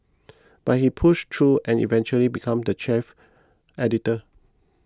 but he pushed through and eventually became the chief editor